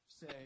say